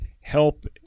help